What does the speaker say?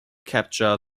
capture